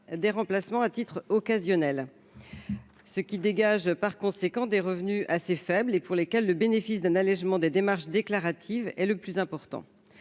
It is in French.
des remplacements à titre occasionnel. Ce qui dégage par conséquent des revenus assez faibles, et pour lesquels le bénéfice d'un allégement des démarches déclaratives et le plus important